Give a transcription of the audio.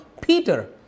Peter